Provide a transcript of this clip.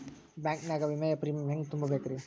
Bank ನಾಗ ವಿಮೆಯ premium ಹೆಂಗ್ ತುಂಬಾ ಬೇಕ್ರಿ?